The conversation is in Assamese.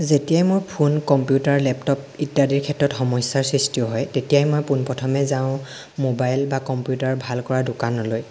যেতিয়াই মোৰ ফোন কম্পিউটাৰ লেপটপ ইত্যাদিৰ ক্ষেত্ৰত সমস্যাৰ সৃষ্টি হয় তেতিয়াই মই পোনপ্ৰথমে যাওঁ মোবাইল বা কম্পিউটাৰ ভাল কৰা দোকানলৈ